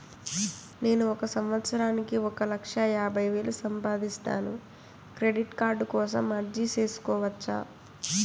నేను ఒక సంవత్సరానికి ఒక లక్ష యాభై వేలు సంపాదిస్తాను, క్రెడిట్ కార్డు కోసం అర్జీ సేసుకోవచ్చా?